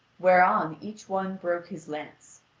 whereon each one broke his lance.